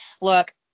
look